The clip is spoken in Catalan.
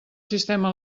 sistema